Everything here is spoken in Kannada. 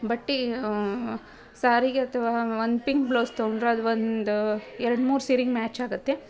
ಬಟ್ಟೆ ಸಾರಿಗೆ ಅಥವಾ ಒಂದು ಪಿಂಕ್ ಬ್ಲೌಸ್ ತೊಗೊಂಡ್ರೆ ಅದು ಒಂದು ಎರಡು ಮೂರು ಸೀರಿಗೆ ಮ್ಯಾಚ್ ಆಗುತ್ತೆ